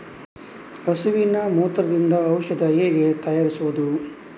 ಹಸುವಿನ ಮೂತ್ರದಿಂದ ಔಷಧ ಹೇಗೆ ತಯಾರಿಸುವುದು?